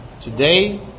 Today